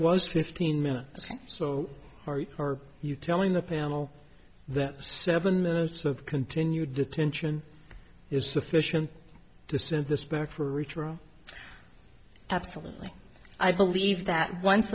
was fifteen minutes so are you telling the panel that seven minutes of continued detention is sufficient to send this back for ritual absolutely i believe that once